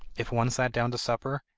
if one sat down to supper,